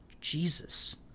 Jesus